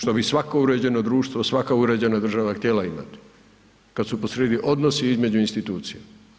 Što bi svako uređeno društvo, svaka uređena država htjela imati kad su posrijedi odnosi između institucija.